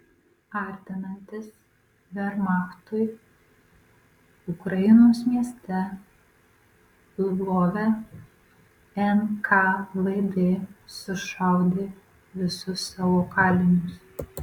artinantis vermachtui ukrainos mieste lvove nkvd sušaudė visus savo kalinius